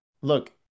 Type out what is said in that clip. Look